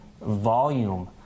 volume